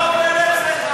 אני לא עובד אצלך.